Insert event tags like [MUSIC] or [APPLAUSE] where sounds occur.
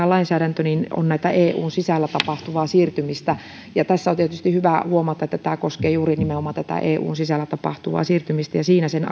[UNINTELLIGIBLE] lainsäädäntö tätä eun sisällä tapahtuvaa siirtymistä tässä on tietysti hyvä huomata että tämä koskee juuri nimenomaan tätä eun sisällä tapahtuvaa siirtymistä ja siinä sen [UNINTELLIGIBLE]